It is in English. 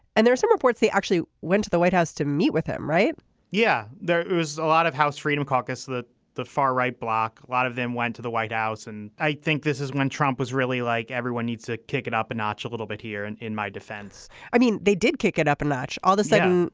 and there are some reports they actually went to the white house to meet with him right yeah there was a lot of house freedom caucus that the far right. block a lot of them went to the white house and i think this is when trump was really like everyone needs to kick it up a notch a little bit here and in my defense i mean they did kick it up a notch all the sudden